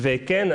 וכן,